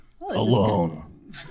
alone